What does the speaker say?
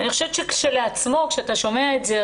אני חושבת שכשאתה שומע את זה,